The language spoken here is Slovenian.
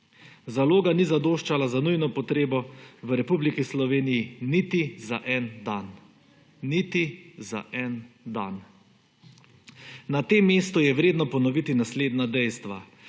Zaloga ni zadoščala za nujno potrebo v Republiki Sloveniji niti za en dan. Niti za en dan. Na tem mestu je vredno ponoviti naslednja dejstva.